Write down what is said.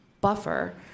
buffer